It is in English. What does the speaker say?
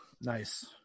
Nice